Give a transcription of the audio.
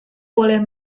boleh